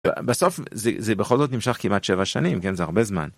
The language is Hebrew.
בסוף זה בכל זאת נמשך כמעט 7 שנים כן זה הרבה זמן.